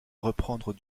reprendre